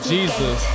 Jesus